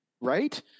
Right